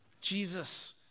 Jesus